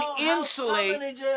insulate